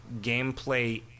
gameplay